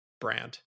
brand